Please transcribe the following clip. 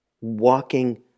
walking